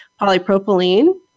polypropylene